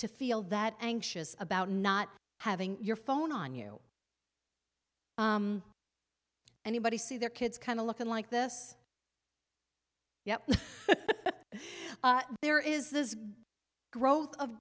to feel that anxious about not having your phone on you anybody see their kids kind of looking like this you know there is this growth of